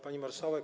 Pani Marszałek!